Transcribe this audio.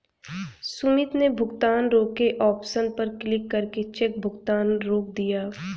सुमित ने भुगतान रोके ऑप्शन पर क्लिक करके चेक भुगतान रोक दिया